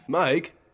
Mike